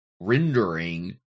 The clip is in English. rendering